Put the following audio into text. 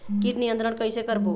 कीट नियंत्रण कइसे करबो?